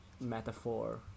metaphor